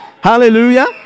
Hallelujah